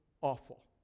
awful